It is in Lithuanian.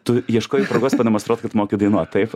tu ieškojai progos pademonstruot kad tu moki dainuot taip